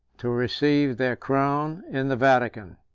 to receive their crown in the vatican.